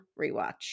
rewatch